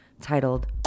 titled